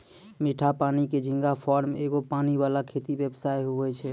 मीठा पानी के झींगा फार्म एगो पानी वाला खेती व्यवसाय हुवै छै